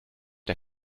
der